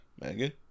Megan